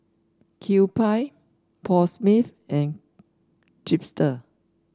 Kewpie Paul Smith and Chipster